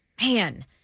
man